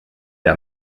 der